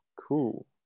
Cool